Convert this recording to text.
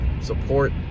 support